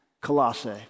Colossae